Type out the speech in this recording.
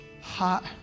hot